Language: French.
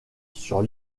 sur